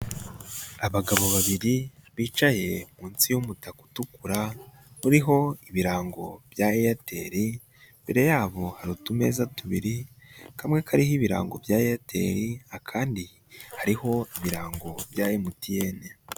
Abagabo babiri bicaye munsi y'umutaka utukura, uriho ibirango bya Airtel, imbere yabo hari utume tubiri, kamwe kariho ibirango bya Airtel, akandi hariho ibirango bya MTN.